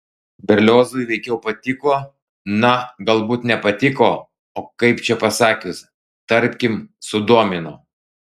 berliozui veikiau patiko na galbūt ne patiko o kaip čia pasakius tarkim sudomino